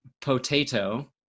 potato